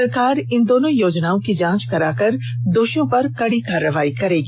सरकार इन दोनों योजनाओं की जांच कराकर दोषियों पर कड़ी कार्रवाई करेगी